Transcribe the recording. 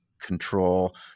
control